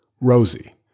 Rosie